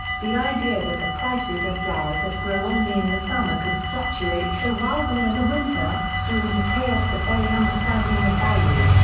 the idea that the prices of flowers that grow only in the summer could fluctuate so wildly in the winter, threw into chaos the very understanding of value.